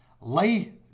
Lay